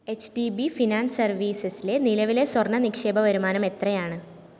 H D B finance സർവീസസ്ലെ നിലവിലെ സ്വർണ്ണ നിക്ഷേപ വരുമാനം എത്രയാണ്